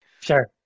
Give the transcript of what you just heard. Sure